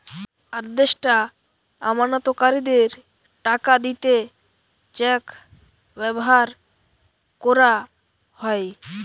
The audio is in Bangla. আদেষ্টা আমানতকারীদের টাকা দিতে চেক ব্যাভার কোরা হয়